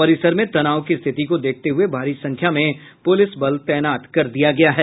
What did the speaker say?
परिसर में तनाव की स्थिति को देखते हुए भारी संख्या में पुलिस बल तैनात कर दिया गया है